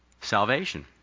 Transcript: Salvation